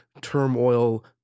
turmoil